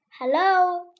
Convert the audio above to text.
Hello